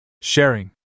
Sharing